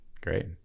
Great